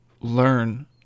learn